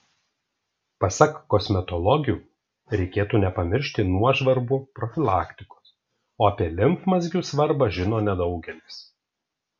pasak kosmetologių reikėtų nepamiršti nuožvarbų profilaktikos o apie limfmazgių svarbą žino nedaugelis